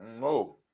no